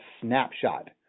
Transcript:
snapshot